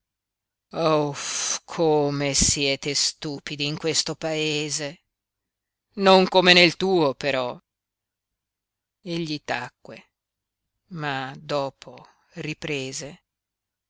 ohuff come siete stupidi in questo paese non come nel tuo però egli tacque ma dopo riprese